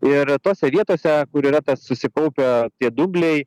ir tose vietose kur yra tas susikaupę tie dumbliai